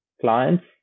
clients